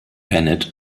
bennett